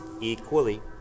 equally